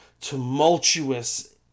tumultuous